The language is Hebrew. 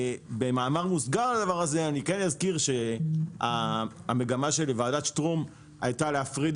במאמר מוסגר אני אזכיר שהמגמה של וועדת שטרום הייתה להפריד